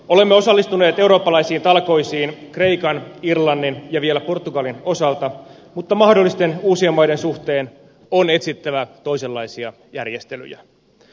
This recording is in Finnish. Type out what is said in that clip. olemme osallistuneet eurooppalaisiin talkoisiin kreikan irlannin ja vielä portugalin osalta mutta mahdollisten uusien maiden suhteen on etsittävä toisenlaisia järjestelyjä